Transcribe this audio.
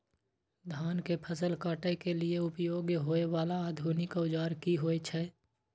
धान के फसल काटय के लिए उपयोग होय वाला आधुनिक औजार की होय छै?